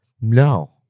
No